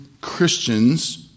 Christians